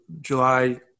July